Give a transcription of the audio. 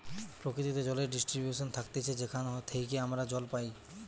প্রকৃতিতে জলের ডিস্ট্রিবিউশন থাকতিছে যেখান থেইকে আমরা জল পাই